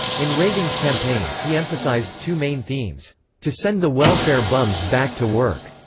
in reagan's campaign, he emphasized two main themes to send the welfare bums back to work,